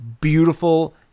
beautiful